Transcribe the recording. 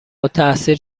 التحصیل